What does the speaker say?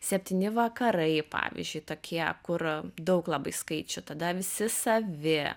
septyni vakarai pavyzdžiui tokie kur daug labai skaičių tada visi savi